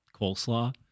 coleslaw